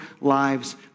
lives